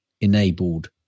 enabled